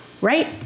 right